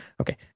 Okay